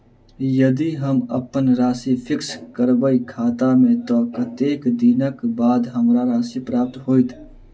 यदि हम अप्पन राशि फिक्स करबै खाता मे तऽ कत्तेक दिनक बाद हमरा राशि प्राप्त होइत?